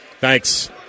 Thanks